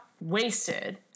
wasted